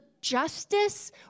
justice